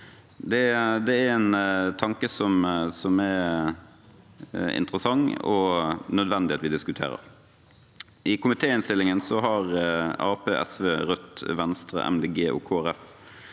Det er en tanke som er interessant og nødvendig at vi diskuterer. I komitéinnstillingen har Arbeiderpartiet, SV, Rødt, Venstre og